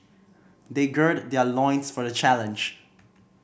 they gird their loins for the challenge